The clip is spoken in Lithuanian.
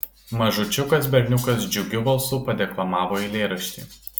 mažučiukas berniukas džiugiu balsu padeklamavo eilėraštį